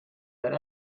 that